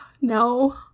No